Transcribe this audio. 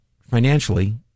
financially